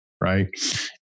Right